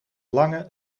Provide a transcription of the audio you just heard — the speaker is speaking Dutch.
lange